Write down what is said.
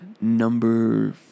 number